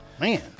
Man